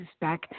back